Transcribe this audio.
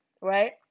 right